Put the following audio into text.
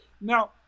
Now